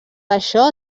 això